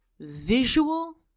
visual